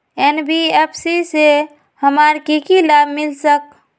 NBFC से हमार की की लाभ मिल सक?